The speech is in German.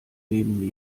neben